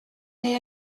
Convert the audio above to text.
neu